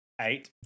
eight